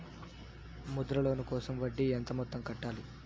Mudra loan కోసం వడ్డీ ఎంత మొత్తం కట్టాలి